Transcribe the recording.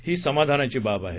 ही समाधानाची बाब आहे